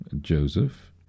Joseph